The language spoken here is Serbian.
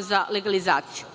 za legalizaciju.